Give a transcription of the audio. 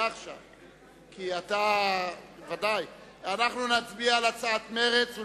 אנחנו נצביע על הצעת מרצ.